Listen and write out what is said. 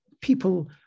people